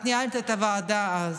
את ניהלת את הוועדה אז.